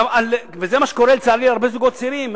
זה מה שקורה, לצערי, להרבה זוגות צעירים.